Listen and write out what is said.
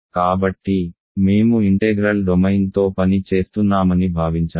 కాబట్టి మేము ఇంటెగ్రల్ డొమైన్తో పని చేస్తున్నామని భావించాము